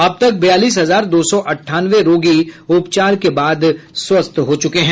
अब तक बयालीस हजार दो सौ अट्ठानवे रोगी उपचार के बाद स्वस्थ हो चुके हैं